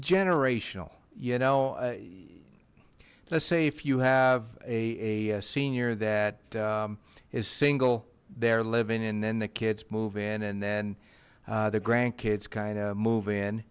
generational you know let's say if you have a senior that is single their living and then the kids move in and then the grandkids kind of move in